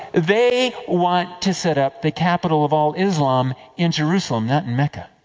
they want to set up the capital of all islam in jerusalem, not in mecca.